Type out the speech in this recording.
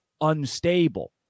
unstable